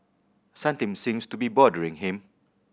something seems to be bothering him